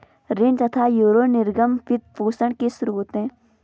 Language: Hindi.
ऋण तथा यूरो निर्गम वित्त पोषण के स्रोत है